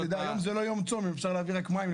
היום זה לא יום צום אז אם אפשר להביא לנו מים.